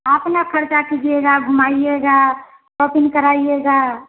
अपना ख़र्चा कीजिएगा घुमाएगा शॉपिंग कराएगा